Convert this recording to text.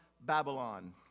Babylon